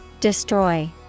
Destroy